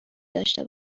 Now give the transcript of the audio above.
داشته